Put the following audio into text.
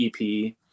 EP